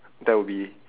that would be